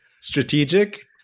strategic